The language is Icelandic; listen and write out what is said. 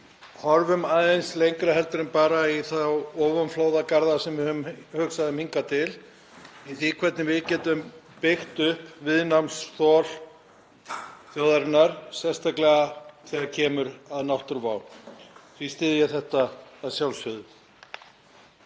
horfum aðeins lengra en bara í þá ofanflóðagarða sem við höfum hugsað um hingað til varðandi það hvernig við getum byggt upp viðnámsþol þjóðarinnar, sérstaklega þegar kemur að náttúruvá. Því styð ég þetta að sjálfsögðu.